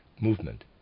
movement